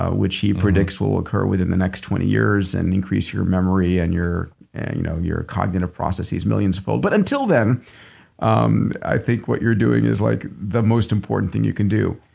ah which he predicts will occur within the next twenty years and increase your memory and your and you know your cognitive processes millions-fold. but until then um i think what you're doing is like the most important thing you can do